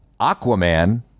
Aquaman